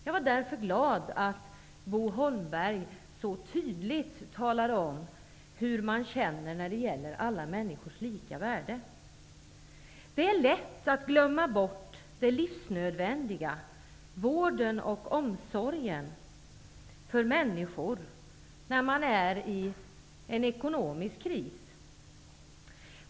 Jag är därför glad att Bo Holmberg så tydligt talade om hur man känner när det gäller alla människors lika värde. Det är lätt att glömma bort det livsnödvändiga -- vården och omsorgen för människor -- i en ekonomisk kris.